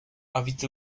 invite